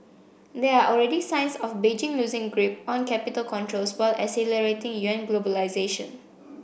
there are already signs of Beijing loosing grip on capital controls while accelerating yuan globalization